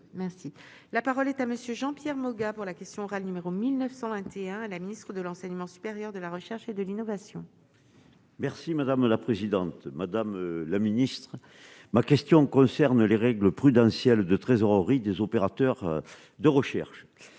merci, la parole est à monsieur Jean-Pierre Moga pour la question orale numéro 1921 la ministre de l'enseignement supérieur de la recherche et de l'innovation. Merci madame la présidente, madame la ministre ma question concerne les règles prudentielles de trésorerie des opérateurs de recherche